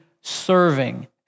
serving